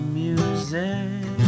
music